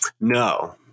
No